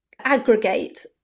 aggregate